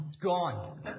gone